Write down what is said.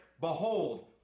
Behold